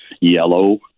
yellow